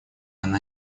она